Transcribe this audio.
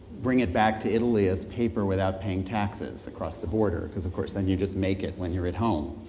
bring it back to italy as paper without paying taxes across the border. because of course then you just make it when you're at home